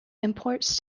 imports